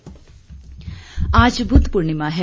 बद्ध पूर्णिमा आज बुद्ध पूर्णिमा है